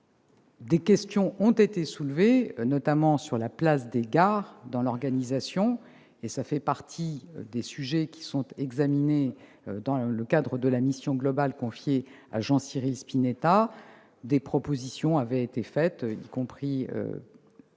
Des questions ont été soulevées, notamment sur la place des gares dans cette organisation. Cela fait partie des sujets examinés dans le cadre de la mission globale confiée à Jean-Cyril Spinetta. Des propositions avaient été faites, y compris par les parlementaires,